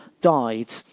died